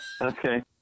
Okay